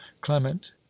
clement